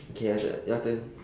okay your turn your turn